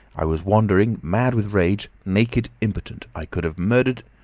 i was wandering, mad with rage, naked, impotent. i could have murdered.